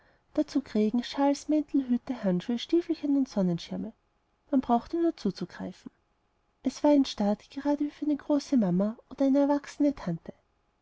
dazu schöne kragen mäntel schals hüte handschuhe stiefelchen und sonnenschirme man brauchte nur zuzugreifen es war ein staat grade wie für eine große mama oder eine erwachsene tante